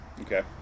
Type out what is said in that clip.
Okay